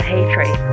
hatred